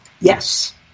Yes